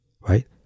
right